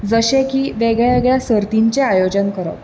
जशें की वेगळ्या वेगळ्या सर्तींचें आयोजन करप